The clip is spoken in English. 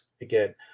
Again